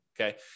okay